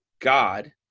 God